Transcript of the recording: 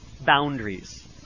boundaries